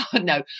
No